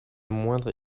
moindre